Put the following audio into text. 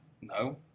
No